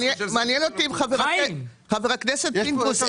מענין אותי איזה ראש עיר היה חבר הכנסת פינדרוס.